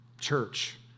Church